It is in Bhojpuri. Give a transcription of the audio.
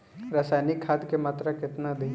रसायनिक खाद के मात्रा केतना दी?